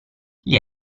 gli